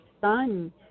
son